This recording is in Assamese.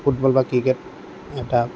ফুটবল বা ক্ৰিকেট এটা